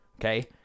Okay